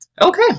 Okay